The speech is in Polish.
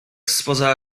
spoza